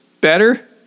better